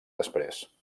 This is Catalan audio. després